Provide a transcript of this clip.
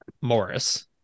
Morris